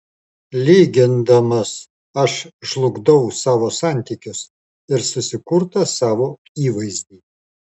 lygindamas aš žlugdau savo santykius ir susikurtą savo įvaizdį